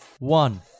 One